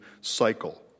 cycle